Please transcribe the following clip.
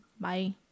Bye